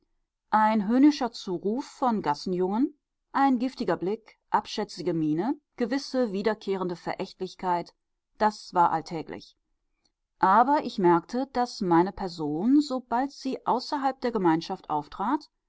ein höhnischer zuruf von gassenjungen ein giftiger blick abschätzige miene gewisse wiederkehrende verächtlichkeit das war alltäglich aber ich merkte daß meine person sobald sie außerhalb der gemeinschaft auftrat